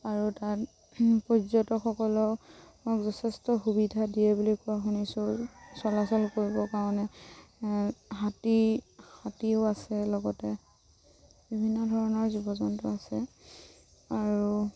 আৰু তাত পৰ্যটকসকলক যথেষ্ট সুবিধা দিয়ে বুলি কোৱা শুনিছোঁ চলাচল কৰিবৰ কাৰণে হাতী হাতীও আছে লগতে বিভিন্ন ধৰণৰ জীৱ জন্তু আছে আৰু